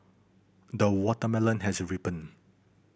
the watermelon has ripened